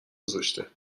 گذاشته